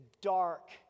dark